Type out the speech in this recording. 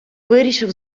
вирішив